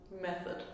method